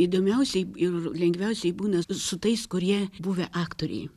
įdomiausiai ir lengviausiai būna su tais kurie buvę aktoriai